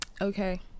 Okay